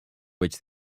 which